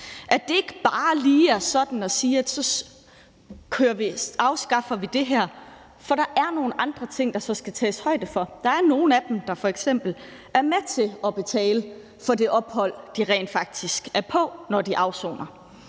at det ikke sådan er bare lige at sige, at så afskaffer vi det her. For der er andre ting, der så skal tages højde for. Der er nogle, der f.eks. er med til at betale for det ophold, de rent faktisk er på, når de afsoner.